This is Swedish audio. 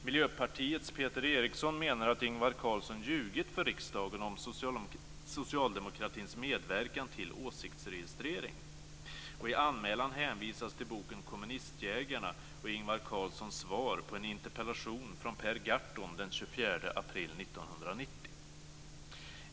Miljöpartiets Peter Eriksson menar att Ingvar Carlsson ljugit för riksdagen om socialdemokratins medverkan till åsiktsregistrering. I anmälan hänvisas till boken Kommunistjägarna och Ingvar Carlssons svar på en interpellation från Per Gahrton den 24 april 1990.